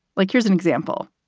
like, here's an example.